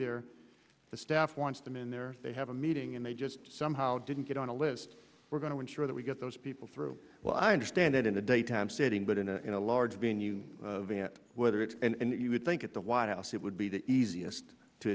the staff wants them in there they have a meeting and they just somehow didn't get on a list we're going to ensure that we get those people through well i understand it in the daytime setting but in a large venue whether it's and you would think at the white house it would be the easiest to